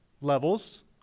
levels